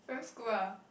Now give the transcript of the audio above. primary school ah